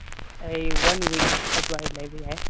ꯑꯩ one week ꯑꯗꯨꯋꯥꯏ ꯂꯩꯕ ꯌꯥꯏ